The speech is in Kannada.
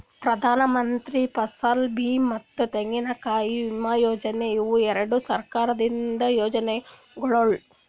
ಪ್ರಧಾನಮಂತ್ರಿ ಫಸಲ್ ಬೀಮಾ ಮತ್ತ ತೆಂಗಿನಕಾಯಿ ವಿಮಾ ಯೋಜನೆ ಇವು ಎರಡು ಸರ್ಕಾರ ತಂದಿದ್ದು ಯೋಜನೆಗೊಳ್